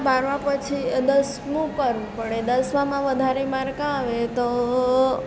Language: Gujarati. બારમા પછી દસમું કરવું પડે દસમામાં વધારે માર્ક આવે તો